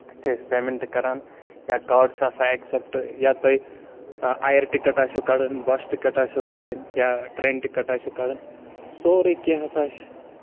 چھِ أسۍ پیمینٹ کران یا کاڈس چھِ آسان اٮ۪کسیپٹ یا تۄہہِ اَیر ٹِکٹ آسیو کَڑٕنۍ بَس ٹِکٹ آسیو کَڑٕنۍ یا ٹرینہِ ٹِکٹ آسیو کَڑٕنی سورُے کیٚنہہ ہسا چھِ